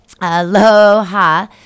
Aloha